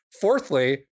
fourthly